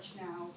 now